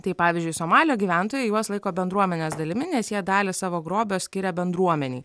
tai pavyzdžiui somalio gyventojai juos laiko bendruomenės dalimi nes jie dalį savo grobio skiria bendruomenei